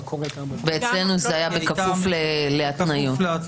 אצלנו זה היה בכפוף להתניות.